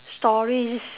stories